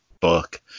book